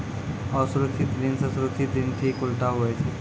असुरक्षित ऋण से सुरक्षित ऋण ठीक उल्टा हुवै छै